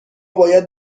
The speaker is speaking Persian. باید